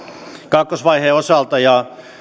kakkosvaiheen osalta ja